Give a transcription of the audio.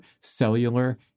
cellular